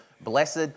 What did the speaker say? blessed